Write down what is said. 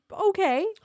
okay